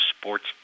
sports